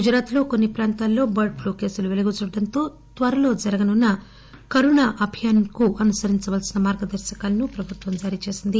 గుజరాత్ లో కొన్ని ప్రాంతాల్లో బర్డ్ ప్లూ కేసులు వెలుగుచూడటంతో త్వరలో జరగనున్న కరోనా అభియాన్ కు అనుసరించాల్సిన మార్గదర్శకాలను ప్రభుత్వం జారీ చేసింది